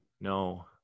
no